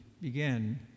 begin